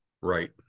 Right